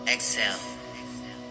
Exhale